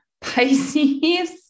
Pisces